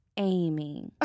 Amy